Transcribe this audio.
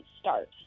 start